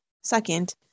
Second